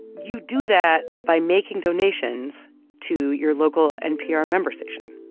you do that by making donations to your local npr member station.